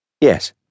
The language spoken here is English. Yes